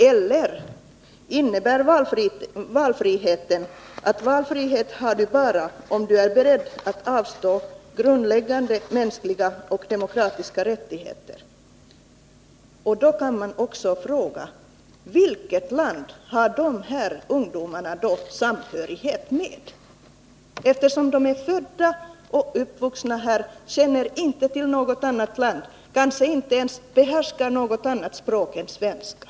Eller innebär det begreppet att valfrihet har du bara om du är beredd att avstå från grundläggande mänskliga och demokratiska rättigheter? Man kan också fråga: Vilket land har de här ungdomarna samhörighet med? De är födda och uppvuxna här, de känner inte till något annat land, de behärskar kanske inte ens något annat språk än svenska.